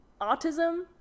autism